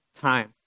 time